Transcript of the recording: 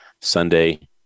Sunday